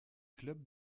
clubs